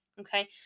okay